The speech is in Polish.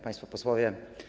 Państwo Posłowie!